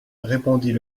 répondit